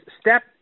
step